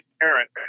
parent